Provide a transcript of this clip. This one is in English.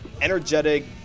energetic